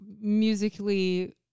musically